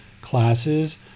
classes